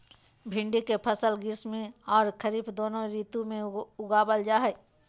भिंडी के फसल ग्रीष्म आर खरीफ दोनों ऋतु में उगावल जा हई